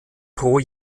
pro